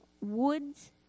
woods